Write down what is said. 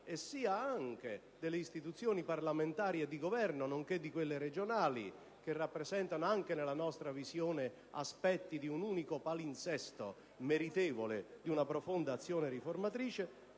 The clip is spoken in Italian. sia delle istituzioni parlamentari e di Governo, nonché di quelle regionali, che rappresentano anche nella nostra visione aspetti di unico palinsesto meritevole di una profonda azione riformatrice,